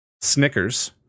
Snickers